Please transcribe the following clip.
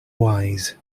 wise